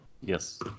Yes